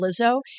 Lizzo